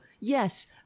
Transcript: yes